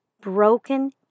broken